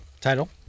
title